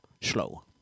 slow